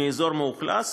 מאזור מאוכלס,